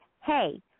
hey